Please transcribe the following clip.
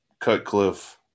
Cutcliffe